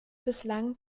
bislang